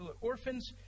Orphans